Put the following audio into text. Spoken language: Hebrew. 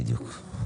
בדיוק.